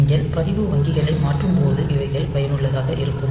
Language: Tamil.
நீங்கள் பதிவு வங்கிகளை மாற்றும்போது இவைகள் பயனுள்ளதாக இருக்கும்